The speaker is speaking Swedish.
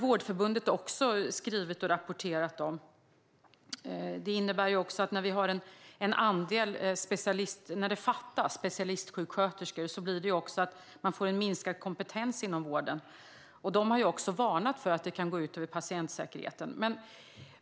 Vårdförbundet har rapporterat om denna fråga. När det fattas specialistsjuksköterskor minskar kompetensen inom vården. De har också varnat för att det kan gå ut över patientsäkerheten.